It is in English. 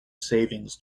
savings